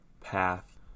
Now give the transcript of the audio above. path